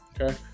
Okay